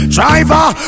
Driver